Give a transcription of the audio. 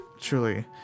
Truly